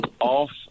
off